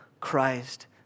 Christ